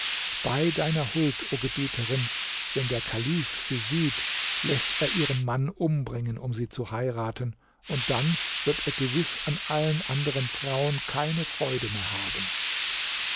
bei deiner huld o gebieterin wenn der kalif sie sieht läßt er ihren mann umbringen um sie zu heiraten und dann wird er gewiß an allen anderen frauen keine freude mehr haben